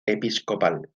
episcopal